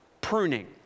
pruning